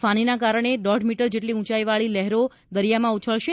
ફાનીના કારણે દોઢ મીટર જેટલી ઉંચાઇવાળી લહેરો દરિયામાં ઉછળશે